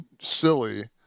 silly